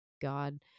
god